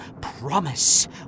promise